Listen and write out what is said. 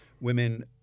Women